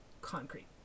concrete